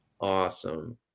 Awesome